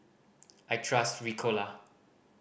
I trust Ricola